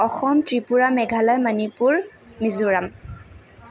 Assam Tripura Meghalaya Manipur Mizoram